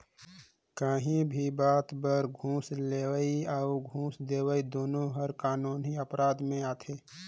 काहीं भी बात बर घूस लेहई अउ घूस देहई दुनो हर कानूनी अपराध में आथे